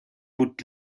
would